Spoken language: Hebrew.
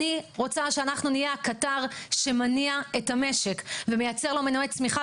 אני רוצה שאנחנו נהיה הקטר שמניע את המשק ומייצר לו מנועי צמיחה,